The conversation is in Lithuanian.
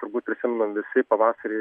turbūt prisimenam visi pavasarį